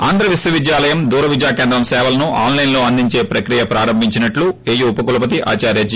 ఆంధ్ర విశ్వవిద్యాలయం దూర విద్యా కేంద్రం సేవలను ఆన్లైన్లో అందించే దిశగా ప్రక్రియ ప్రారంభించినట్లు ఏయూ ఉపకులపతి ఆదార్య జి